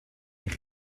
eich